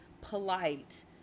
polite